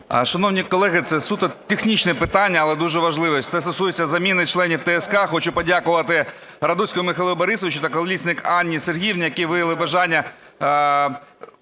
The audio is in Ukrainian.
Шановні колеги, це суто технічне питання, але дуже важливе, це стосується заміни членів ТСК. Хочу подякувати Радуцькому Михайлу Борисовичу та Колісник Анні Сергіївні, які виявили бажання